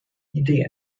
idee